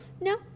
No